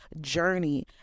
journey